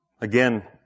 Again